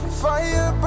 fire